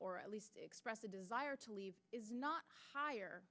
or at least expressed a desire to leave is not higher